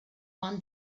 one